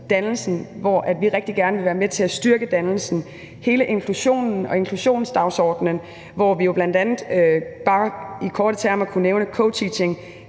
dannelsen, som vi rigtig gerne vil være med til at styrke, og det handler om hele inklusionen og inklusionsdagsordenen, og jeg kunne bl.a. i korte termer nævne co-teaching,